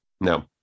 no